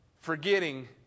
forgetting